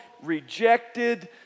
rejected